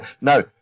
No